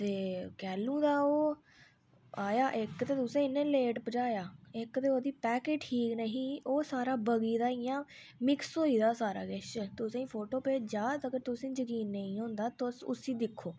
ते कैह्लूं दा ओह् आया इक ते तुसें इन्ने लेट पजाया इक ते ओह्दी पैकिंग ठीक निं ही ओह् सारा बगी दा इ'यां मिक्स होई दा हा सारा किश तुसें गी फोटो भेजां अगर तुसें गी जकीन निं होंदा तुस दिक्खो